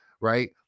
right